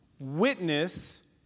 Witness